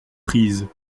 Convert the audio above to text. prises